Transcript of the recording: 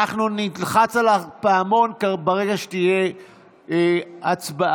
אנחנו נלחץ על הפעמון ברגע שתהיה הצבעה.